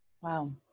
wow